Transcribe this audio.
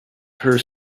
her